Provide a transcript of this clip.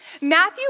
Matthew